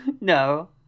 no